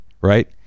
right